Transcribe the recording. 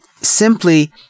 simply